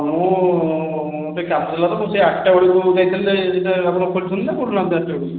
ମୁଁ ଟିକେ କାମ ଥିଲା ତ ସେଇ ଆଠଟା ବେଳକୁ ଯାଇଥିଲେ ସେତେବେଳେ ଆପଣ ଖୋଲୁଛନ୍ତି ନା ଖୋଲୁନାହାନ୍ତି ଆଠଟା ବେଳକୁ